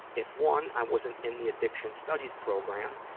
if, one, i wasn't in the addiction studies program,